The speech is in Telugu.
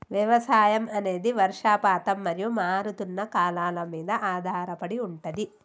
వ్యవసాయం అనేది వర్షపాతం మరియు మారుతున్న కాలాల మీద ఆధారపడి ఉంటది